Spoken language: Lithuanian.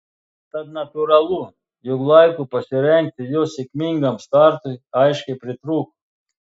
tad natūralu jog laiko pasirengti jo sėkmingam startui aiškiai pritrūko